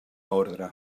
ordre